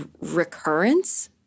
recurrence